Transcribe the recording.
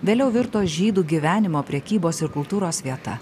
vėliau virto žydų gyvenimo prekybos ir kultūros vieta